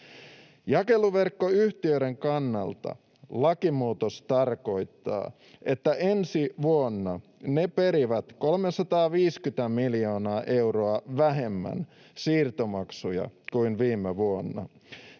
Jakeluverkkoyhtiöiden kannalta lakimuutos tarkoittaa, että ensi vuonna ne perivät 350 miljoonaa euroa vähemmän siirtomaksuja kuin viime vuonna.